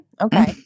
Okay